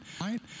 right